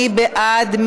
מי בעד?